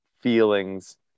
feelings